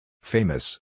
Famous